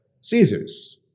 Caesar's